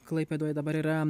klaipėdoje dabar yra